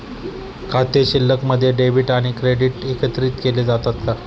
खाते शिल्लकमध्ये डेबिट आणि क्रेडिट एकत्रित केले जातात का?